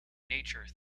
nature